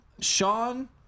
Sean